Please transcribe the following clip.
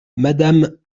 madame